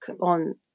on